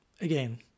again